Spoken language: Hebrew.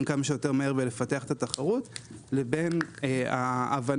כמה שיותר מהר ולפתח את התחרות לבין ההבנה,